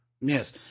Yes